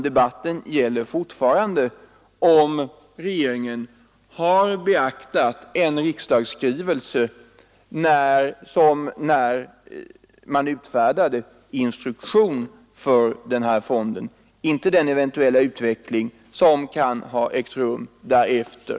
Den gäller fortfarande om regeringen beaktat en riksdagsskrivelse när den utfärdat instruktion för den aktuella fonden, inte den eventuella utveckling som kan ha ägt rum därefter.